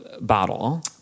bottle